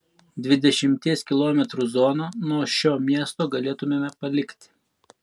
dvidešimties kilometrų zoną nuo šio miesto galėtumėme palikti